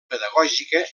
pedagògica